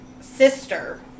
sister